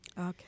okay